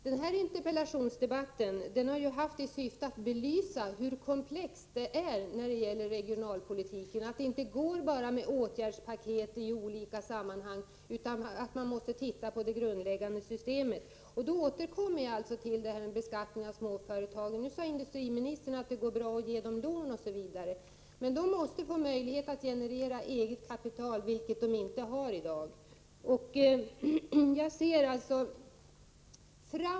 Den här interpellationsdebatten har ju haft till syfte att belysa komplexiteten i regionalpolitiken. Det går inte att bara hänvisa till åtgärdspaket i olika sammanhang, utan man måste också titta på det grundläggande systemet. Jag återkommer alltså till beskattningen av småföretagen. Nu sade industriministern att det går bra att ge dem lån osv. Men de måste få möjlighet att generera eget kapital, vilket de inte kan i dag.